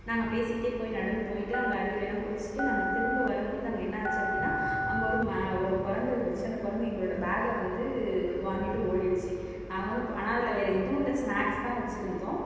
நாங்கள் பேசிக்கிட்டே போய் நடந்து போய்கிட்டு அங்கே அருவிலலாம் குளித்துட்டு நாங்கள் திரும்ப வரும்போது அங்கே என்னாச்சு அப்படின்னா அங்கே ஒரு ம ஒரு குரங்கு இருந்துச்சு அந்த குரங்கு எங்களோடய பேகை வந்து வாங்கிட்டு ஓடிடுச்சு நாங்களும் ஆனால் அதில் வேறே எதுவும் இல்லை ஸ்னாக்ஸ் தான் வச்சுருந்தோம்